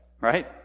right